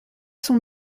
sont